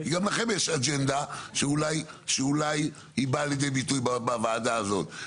כי גם לכם יש אג'נדה שאולי היא באה לידי ביטוי בוועדה הזו.